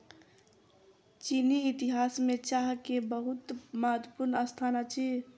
चीनी इतिहास में चाह के बहुत महत्वपूर्ण स्थान अछि